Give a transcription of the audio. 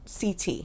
CT